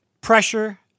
pressure